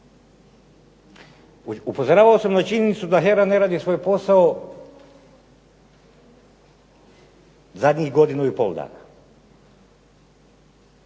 Upozoravao sam na činjenicu da HERA ne radi svoj posao zadnjih godinu i pol dana,